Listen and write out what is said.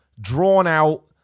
drawn-out